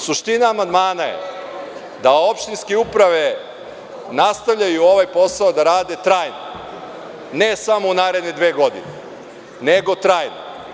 Suština amandmana je da opštinske uprave nastavljaju ovaj posao da rade trajno, ne samo u naredne dve godine, nego trajno.